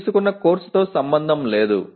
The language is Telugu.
ఇది తీసుకున్న కోర్సుతో సంబంధం లేదు